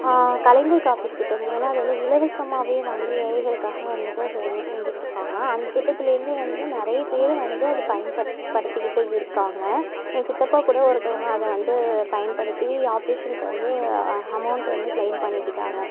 கலைஞர் காப்பீட்டுத்திட்டம் ஏன்னா அது வந்து இலவசமாகவே வந்து ஏழைகளுக்காக வந்துட்டு செயலை செஞ்சிக்கிட்டு இருக்காங்க அந்த திட்டத்திலே இருந்து வந்து நிறைய பேர் வந்து அதைப் பயன்படுத்திக்கிட்டு இருக்காங்க என் சித்தப்பாகூட ஒருத்தவங்கள் அதை வந்து பயன்படுத்தி ஆப்ரேஷனுக்கு வந்து அமௌண்ட் வந்து க்ளைம் பண்ணிக்கிட்டாங்க